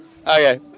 Okay